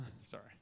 sorry